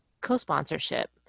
co-sponsorship